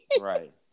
right